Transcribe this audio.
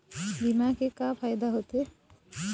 बीमा के का फायदा होते?